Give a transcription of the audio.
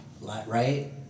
right